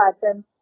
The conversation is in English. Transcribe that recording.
pattern